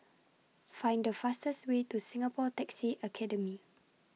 Find The fastest Way to Singapore Taxi Academy